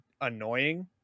annoying